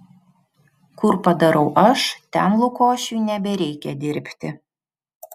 kur padarau aš ten lukošiui nebereikia dirbti